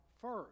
first